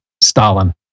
Stalin